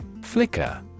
Flicker